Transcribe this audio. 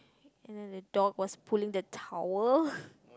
and then the dog was pulling the tower